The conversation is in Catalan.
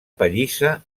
pallissa